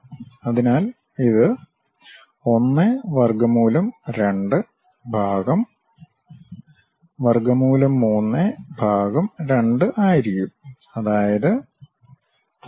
അതിനാൽ ഇത് 1√2 ഭാഗം √3 2 ആയിരിക്കും അതായത് 0